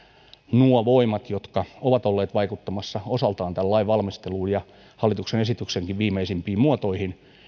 nuo voimat jotka ovat olleet vaikuttamassa osaltaan lain valmisteluun ja hallituksen esityksenkin viimeisimpiin muotoihin